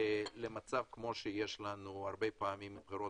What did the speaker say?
למצב כמו שיש לנו הרבה פעמים, בחירות